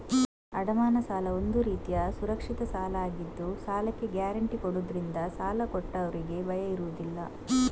ಅಡಮಾನ ಸಾಲ ಒಂದು ರೀತಿಯ ಸುರಕ್ಷಿತ ಸಾಲ ಆಗಿದ್ದು ಸಾಲಕ್ಕೆ ಗ್ಯಾರಂಟಿ ಕೊಡುದ್ರಿಂದ ಸಾಲ ಕೊಟ್ಟವ್ರಿಗೆ ಭಯ ಇರುದಿಲ್ಲ